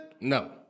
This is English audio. No